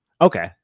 Okay